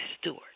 Stewart